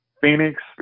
Phoenix